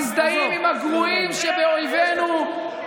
מזדהים עם הגרועים שבאויבינו, לך.